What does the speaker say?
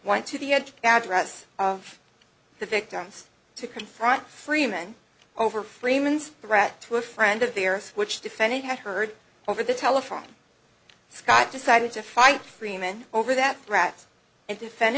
went to the edge address of the victim to confront freeman over freeman's threat to a friend of their which defendant had heard over the telephone scott decided to fight freeman over that bratz and